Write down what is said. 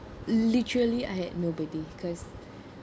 literally I had nobody cause